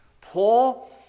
Paul